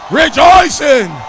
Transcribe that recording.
rejoicing